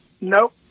nope